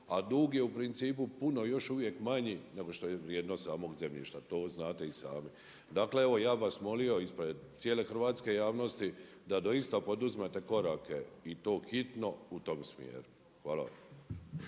a dug je u principu puno još uvijek manji nego što je vrijednost samog zemljišta. To znate i sami. Dakle evo ja bih vas molio ispred cijele hrvatske javnosti da doista poduzmete korake i to hitno u tom smjeru. Hvala